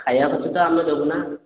ଖାଇବା ଖର୍ଚ୍ଚ ତ ଆମେ ଦେବୁ ନା